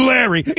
Larry